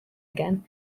again